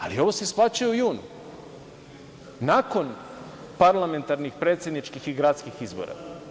ali ovo se isplaćuje u junu nakon parlamentarnih, predsedničkih i gradskih izbora.